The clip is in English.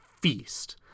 feast